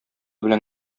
белән